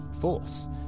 force